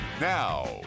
Now